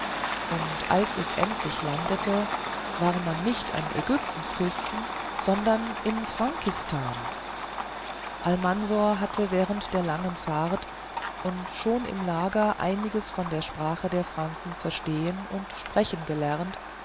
und als es endlich landete war man nicht an ägyptens küste sondern in frankistan almansor hatte während der langen fahrt und schon im lager einiges von der sprache der franken verstehen und sprechen gelernt